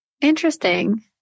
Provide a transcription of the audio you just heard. interesting